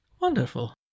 Wonderful